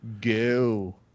Go